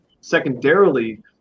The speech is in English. Secondarily